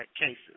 cases